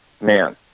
man